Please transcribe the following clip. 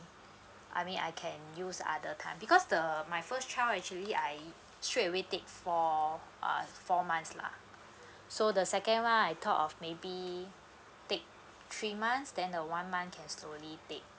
I mean I can use other time because the my first child actually I straight away take four uh four months lah so the second one I thought of maybe take three months then and one month can slowly take